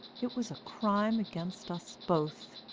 it was a crime against us both.